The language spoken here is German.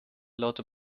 lauter